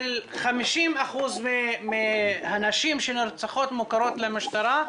50% מהנשים שנרצחות מוכרות למשטרה,